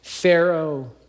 Pharaoh